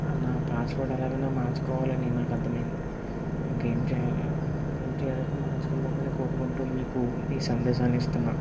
నా పాస్వర్డ్ ఎలాగన్నా మార్చుకోవాలని నాకర్థమైంది ఇంకేం చేయాల ఏం చేయలేక మార్చుకుందాం అని కోరుకుంటూ మీకు ఇది ఈ సందేశానిస్తున్నా